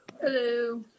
Hello